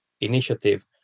initiative